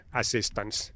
assistance